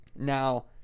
Now